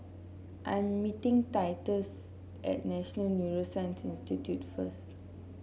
I am meeting Titus at National Neuroscience Institute first